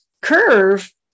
curve